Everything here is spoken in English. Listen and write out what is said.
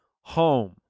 home